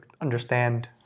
understand